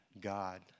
God